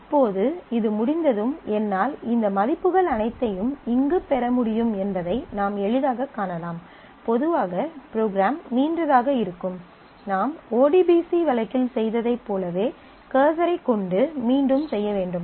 இப்போது இது முடிந்ததும் என்னால் இந்த மதிப்புகள் அனைத்தையும் இங்கு பெற முடியும் என்பதை நாம் எளிதாகக் காணலாம் பொதுவாக ப்ரோக்ராம் நீண்டதாக இருக்கும் நாம் ஓடிபிசி வழக்கில் செய்ததைப் போலவே கர்சரைக் கொண்டு மீண்டும் செய்ய வேண்டும்